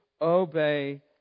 obey